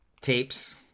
tapes